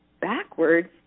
backwards